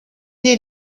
den